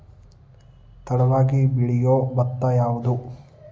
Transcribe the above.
ತಡವಾಗಿ ಬೆಳಿಯೊ ಭತ್ತ ಯಾವುದ್ರೇ?